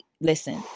listen